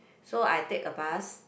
so I take a bus